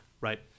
right